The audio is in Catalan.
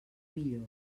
millor